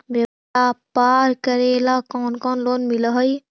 व्यापार करेला कौन कौन लोन मिल हइ?